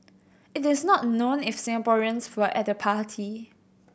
it is not known if Singaporeans were at the party